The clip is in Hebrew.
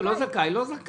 הוא לא זכאי לא זכאי.